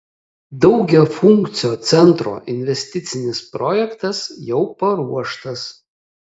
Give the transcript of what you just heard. daugiafunkcio centro investicinis projektas jau paruoštas